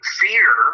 fear